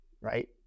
right